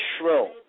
shrill